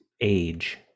age